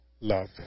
love